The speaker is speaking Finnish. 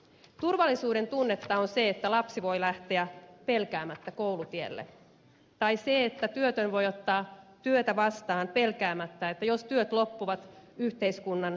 turvallisuuden tunnetta on se että lapsi voi lähteä pelkäämättä koulutielle tai se että työtön voi ottaa työtä vastaan pelkäämättä että jos työt loppuvat yhteiskunnan turvaverkko pettää